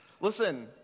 Listen